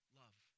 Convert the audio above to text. love